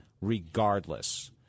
regardless